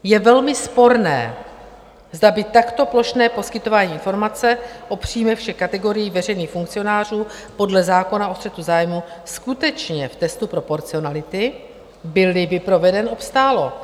Je velmi sporné, zda by takto plošné poskytování informace o příjmech všech kategorií veřejných funkcionářů podle zákona o střetu zájmů skutečně v testu proporcionality, bylli by proveden, obstálo.